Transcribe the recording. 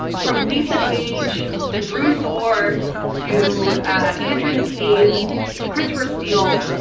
from lisa page to bruce orr to andrew mccabe to christopher steele.